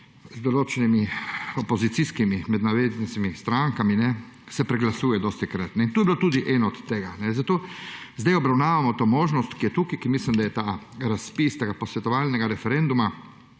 z določenimi »opozicijskimi«, med navednicami, strankami, se dostikrat preglasuje. To je bilo tudi eno od tega. Zato zdaj obravnavamo to možnost, ki je tukaj. Mislim, da je razpis tega posvetovalnega referenduma